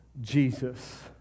Jesus